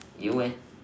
you eh